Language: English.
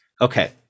Okay